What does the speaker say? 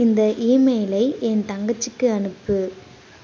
இந்த ஈமெயிலை என் தங்கச்சிக்கு அனுப்பு